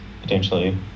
potentially